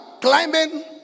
climbing